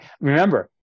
Remember